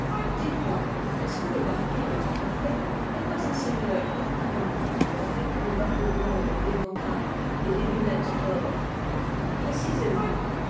dites-moi est-ce que le marquis dont vous parlez n'est pas un seigneur corpulent avec une barbe blonde en éven tail et des lunettes d'or précisément